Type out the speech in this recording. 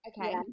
Okay